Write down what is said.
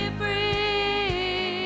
free